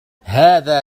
هذا